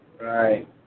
Right